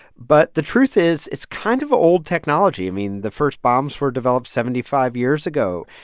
but the truth is, it's kind of old technology. i mean, the first bombs were developed seventy five years ago.